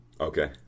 Okay